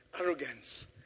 arrogance